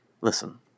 Listen